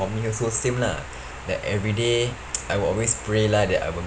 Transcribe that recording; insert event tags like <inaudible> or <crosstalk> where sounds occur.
for me also same lah like every day <noise> I will always pray lah that I will